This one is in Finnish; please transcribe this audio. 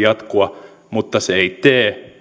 jatkua mutta se ei tee